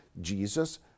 Jesus